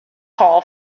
call